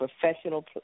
professional